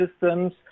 systems